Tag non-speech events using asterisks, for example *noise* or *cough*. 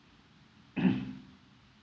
*coughs*